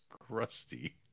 crusty